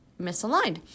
misaligned